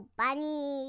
bunny